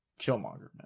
Killmonger